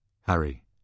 Harry